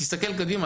תסתכל קדימה,